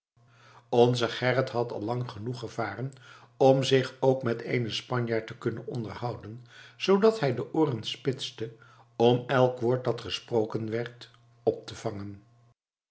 onze gerrit had al lang genoeg gevaren om zich ook met eenen spanjaard te kunnen onderhouden zoodat hij de ooren spitste om elk woord dat gesproken werd op te vangen